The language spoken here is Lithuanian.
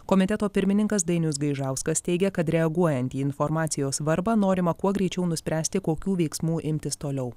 komiteto pirmininkas dainius gaižauskas teigia kad reaguojant į informacijos svarbą norima kuo greičiau nuspręsti kokių veiksmų imtis toliau